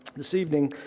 this evening,